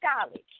college